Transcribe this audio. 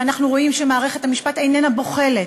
ואנחנו רואים שמערכת המשפט איננה בוחלת,